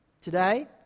Today